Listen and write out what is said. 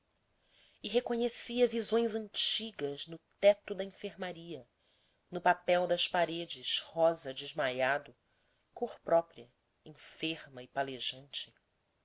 e reconhecia visões antigas no teto da enfermaria no papel das paredes rosa desmaiado cor própria enferma e